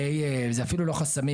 זה אפילו לא חסמים,